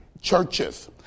churches